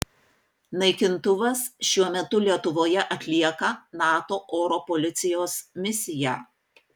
naikintuvas šiuo metu lietuvoje atlieka nato oro policijos misiją